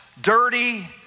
dirty